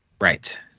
Right